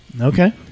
Okay